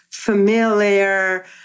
familiar